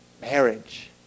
marriage